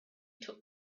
took